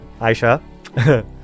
Aisha